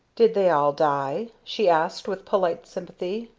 did they all die? she asked with polite sympathy.